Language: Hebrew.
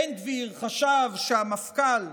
בן גביר חשב שהמפכ"ל,